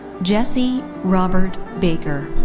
jesse robert baker.